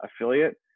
affiliate